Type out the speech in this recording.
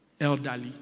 elderly